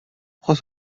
trois